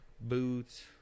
Boots